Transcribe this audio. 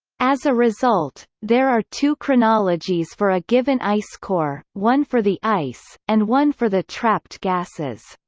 as a result, there are two chronologies for a given ice core one for the ice, and one for the trapped gases.